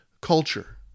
culture